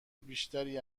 بیشتری